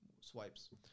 swipes